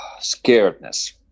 scaredness